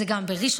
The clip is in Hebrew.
זה גם בראשון,